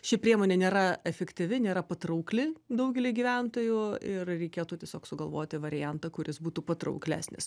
ši priemonė nėra efektyvi nėra patraukli daugeliui gyventojų ir reikėtų tiesiog sugalvoti variantą kuris būtų patrauklesnis